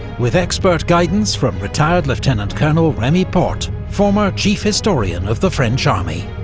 with expert guidance from retired lieutenant colonel remy porte, former chief historian of the french army.